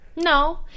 no